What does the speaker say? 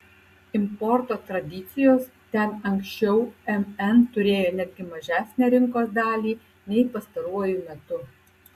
importo tradicijos ten anksčiau mn turėjo netgi mažesnę rinkos dalį nei pastaruoju metu